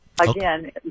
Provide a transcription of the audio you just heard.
again